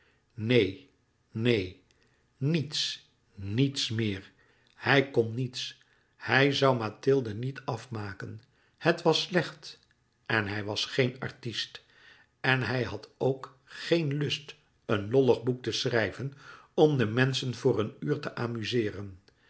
neen neen niets niets meer hij kon niets hij zoû mathilde niet afmaken het was slecht en hij was geen artist en hij had ok geen lust een lollig boek te schrijven om de menschen voor een uur te amuzeeren